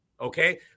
okay